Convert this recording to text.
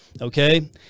okay